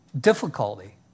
Difficulty